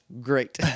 great